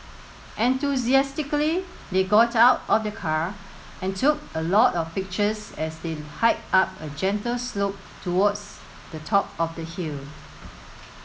enthusiastically they got out of the car and took a lot of pictures as they hiked up a gentle slope towards the top of the hill